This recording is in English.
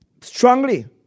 strongly